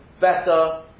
Better